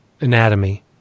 anatomy